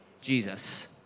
Jesus